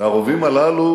והרובים הללו